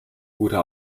guter